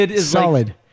Solid